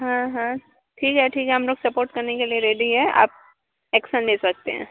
हाँ हाँ ठीक है ठीक हम लोग सपोर्ट करने के लिए रेडी है आप एक्सन ले सकते हैं